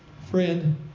Friend